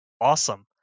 awesome